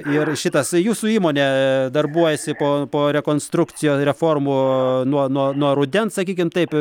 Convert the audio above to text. ir šitas jūsų įmonė darbuojasi po po rekonstrukcijo reformų nuo nuo nuo rudens sakykim taip